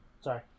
sorry